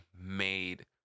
Made